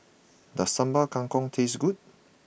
does Sambal Kangkong taste good